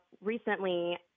recently